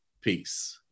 peace